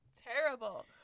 terrible